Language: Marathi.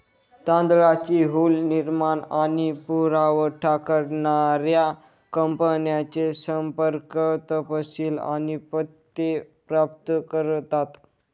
तांदळाची हुल निर्माण आणि पुरावठा करणाऱ्या कंपन्यांचे संपर्क तपशील आणि पत्ते प्राप्त करतात